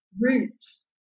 roots